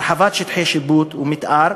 הרחבת שטחי השיפוט והמתאר